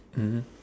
mmhmm